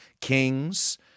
Kings